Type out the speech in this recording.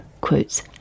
quotes